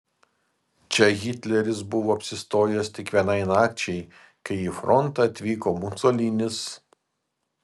čia hitleris buvo apsistojęs tik vienai nakčiai kai į frontą atvyko musolinis